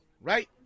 right